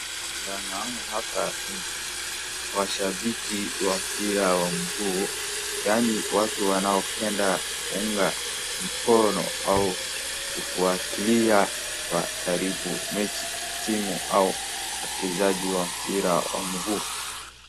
Vile naoana hapa ni washabiki wa mpira wa mguu yani watu wanaopenda kuunga mkono au ufuatilia wa karibu mechi, timu au wachezaji wa mpira wa mguu.